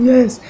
Yes